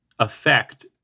affect